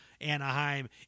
Anaheim